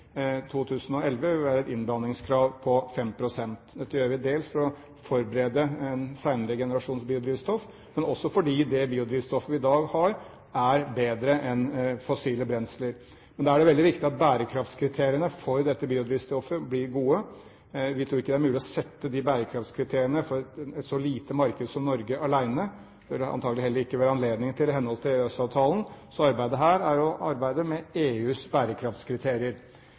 2011 vil være et innblandingskrav på 5 pst. Dette gjør vi dels for å forberede en senere generasjons biodrivstoff og også fordi det biodrivstoffet vi i dag har, er bedre enn fossile brensler. Men da er det veldig viktig at bærekraftskriteriene for dette biodrivstoffet blir gode. Vi tror ikke det er mulig å sette de bærekraftskriteriene for et så lite marked som Norge alene – det vil det antakelig heller ikke være anledning til i henhold til EØS-avtalen. Så arbeidet her er å arbeide med EUs bærekraftskriterier.